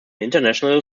international